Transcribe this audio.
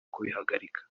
kubihagarika